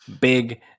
big